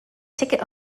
ticket